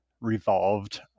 revolved